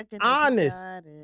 honest